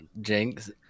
Jinx